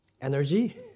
energy